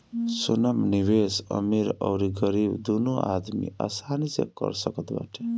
सोना में निवेश अमीर अउरी गरीब दूनो आदमी आसानी से कर सकत बाटे